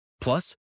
Plus